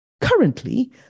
Currently